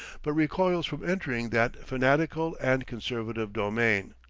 but recoils from entering that fanatical and conservative domain.